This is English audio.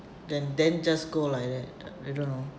then then just go like that uh I don't know